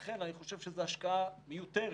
ולכן אני חושב שזו השקעה מיותרת.